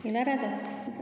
गैला राजा